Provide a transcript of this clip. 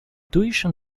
tuition